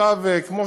עכשיו, כמו